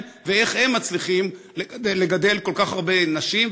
ואיך הם מצליחים לגדל כל כך הרבה נשים,